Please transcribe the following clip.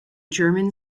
german